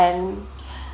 and